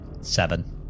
Seven